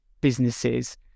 businesses